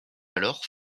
alors